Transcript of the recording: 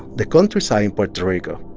the countryside in puerto rico,